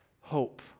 hope